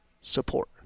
support